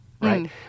Right